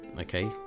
okay